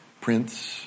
prince